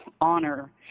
honor –